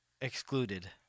excluded